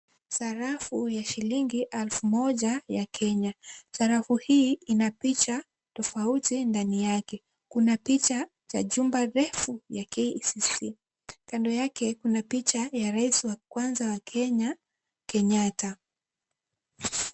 Sarafu ya shilingi elfu moja ya Kenya, sarafu hii inapicha tofauti ndani yake. Kuna picha ya jumba refu la KICC kando yake kuna picha ya raisi wa kwanza wa Kenya Kenyatta.